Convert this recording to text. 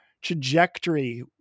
trajectory